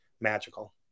magical